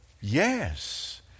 Yes